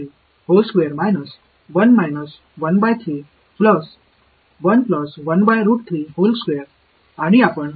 இது நம்மை ஆச்சரியப்படுத்தக் கூடாது ஏனென்றால் 2 புள்ளி காஸ் குவாட்ரேச்சர் விதி 2 N 1 ஐ வரிசை செய்வதற்கு துல்லியமானது என்பதை நாங்கள் அறிவோம்